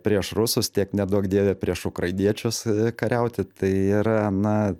prieš rusus tiek neduok dieve prieš ukrainiečius kariauti tai yra na